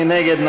מי נגד?